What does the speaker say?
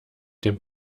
dem